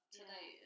today